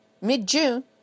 mid-June